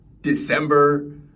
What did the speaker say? December